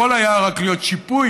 יכול היה להיות רק שיפוי